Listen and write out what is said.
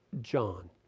John